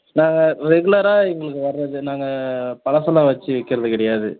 நாங்கள் ரெகுலராக எங்களுக்கு வரது நாங்கள் பழசு எல்லாம் வச்சி விற்கிறது கிடையாது